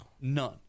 None